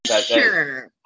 Sure